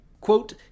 Quote